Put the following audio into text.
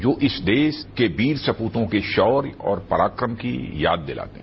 जो इस देश के वीर सपूतों के शौर्य और पराक्रम की याद दिलाते हैं